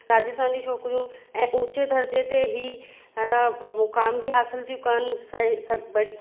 राजस्थान जी छोकिरियूं ऐं ऊंचे दर्जे ते ई हन म मुकाम बी हासिल थियूं कनि सही